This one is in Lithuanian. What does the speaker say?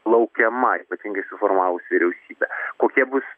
laukiama ypatingai suformavus vyriausybę kokie bus